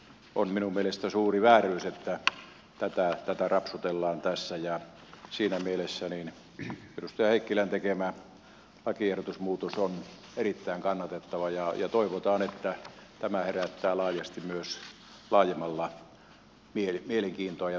on minun mielestäni suuri vääryys että tätä rapsutellaan tässä ja siinä mielessä edustaja heikkilän tekemä lakiehdotusmuutos on erittäin kannatettava ja toivotaan että tämä herättää laajasti myös laajemmalla mielenkiintoa ja tukea tälle asialle